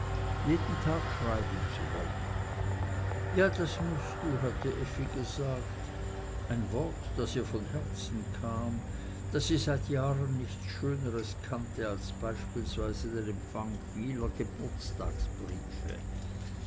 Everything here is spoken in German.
jeden tag schreiben zu wollen ja das mußt du hatte effi gesagt ein wort das ihr von herzen kam da sie seit jahren nichts schöneres kannte als beispielsweise den empfang vieler